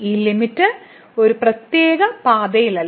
ഈ ലിമിറ്റ് ഒരു പ്രത്യേക പാതയിലല്ല